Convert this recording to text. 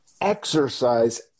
exercise